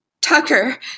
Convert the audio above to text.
Tucker